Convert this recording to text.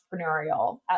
entrepreneurial